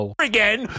again